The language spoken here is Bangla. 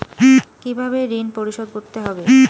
কিভাবে ঋণ পরিশোধ করতে হবে?